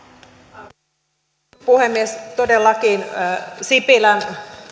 arvoisa puhemies todellakin sipilän